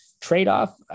trade-off